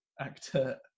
actor